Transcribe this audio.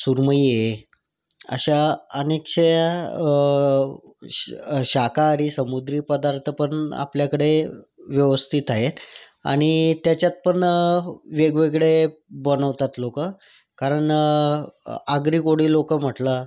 सुरमई आहे अशा अनेकशा शाकाहारी समुद्री पदार्थ पण आपल्याकडे व्यवस्थित आहेत आणि त्याच्यात पण वेगवेगळे बनवतात लोकं कारण आगरी कोळी लोकं म्हटलं